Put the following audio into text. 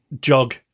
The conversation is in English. jog